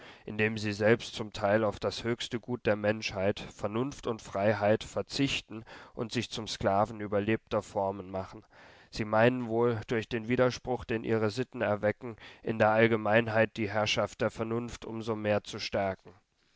indem sie selbst zum teil auf das höchste gut der menschheit vernunft und freiheit verzichten und sich zum sklaven überlebter formen machen sie meinen wohl durch den widerspruch den ihre sitten erwecken in der allgemeinheit die herrschaft der vernunft um so mehr zu stärken